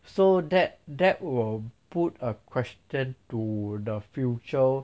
so that that will put a question to the future